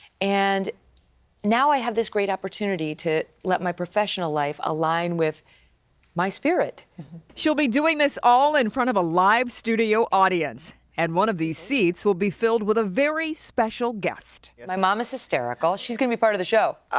and now i have this great opportunity to let my professional life align with my spirit. kim she'll be doing this all n front of a live studio audience. and one of these seats will be filled with ah a special guest. my mom is hysterical. she'll be part of the show.